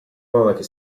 monache